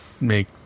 make